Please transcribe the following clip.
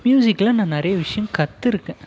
மியூசிக்கில் நான் நிறைய விஷயம் கற்றுருக்கேன்